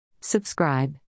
Subscribe